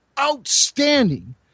Outstanding